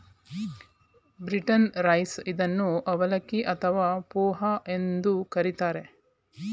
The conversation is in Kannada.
ಬೀಟನ್ನ್ ರೈಸ್ ಇದನ್ನು ಅವಲಕ್ಕಿ ಅಥವಾ ಪೋಹ ಎಂದು ಕರಿತಾರೆ